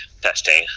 testing